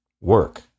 work